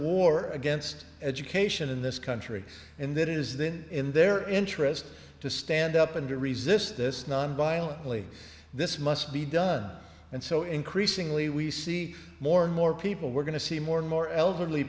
war against education in this country and that it is then in their interest to stand up and to resist this nonviolently this must be done and so increasingly we see more and more people we're going to see more and more elderly